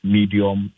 Medium